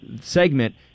segment